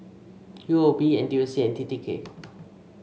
U O B N T U C and T T K